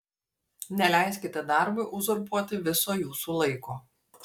neleiskite darbui uzurpuoti viso jūsų laiko